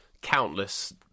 countless